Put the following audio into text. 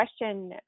question